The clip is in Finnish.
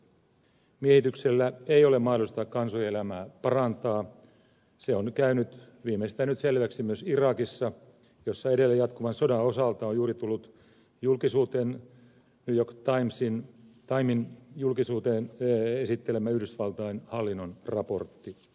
miehityksellä ei ole mahdollista kansojen elämää parantaa se on käynyt viimeistään nyt selväksi myös irakissa jossa edelleen jatkuvan sodan osalta on juuri tullut new york timesin julkisuuteen esittelemä yhdysvaltain hallinnon raportti